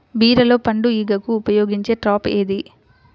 బీరలో పండు ఈగకు ఉపయోగించే ట్రాప్ ఏది?